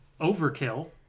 overkill